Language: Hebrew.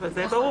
אבל זה ברור.